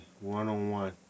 one-on-one